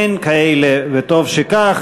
אין כאלה, וטוב שכך.